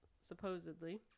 supposedly